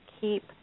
keep